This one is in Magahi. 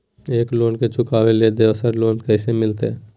एक लोन के चुकाबे ले दोसर लोन कैसे मिलते?